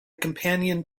companion